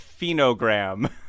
Phenogram